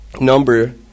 number